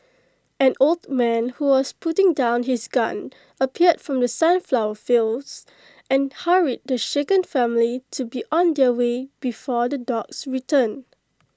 an old man who was putting down his gun appeared from the sunflower fields and hurried the shaken family to be on their way before the dogs return